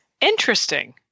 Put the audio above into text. Interesting